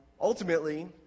ultimately